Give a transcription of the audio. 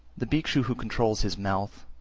the bhikshu who controls his mouth,